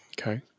Okay